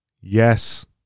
yes